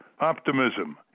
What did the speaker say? optimism